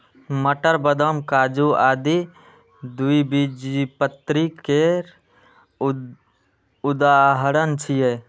मटर, बदाम, काजू आदि द्विबीजपत्री केर उदाहरण छियै